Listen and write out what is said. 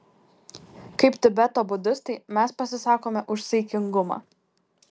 kaip tibeto budistai mes pasisakome už saikingumą